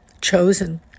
chosen